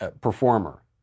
performer